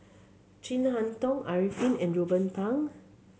Chin Harn Tong Arifin and Ruben Pang